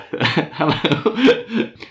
Hello